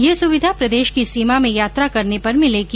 ये सुविधा प्रदेश की सीमा में यात्रा करने पर मिलेगी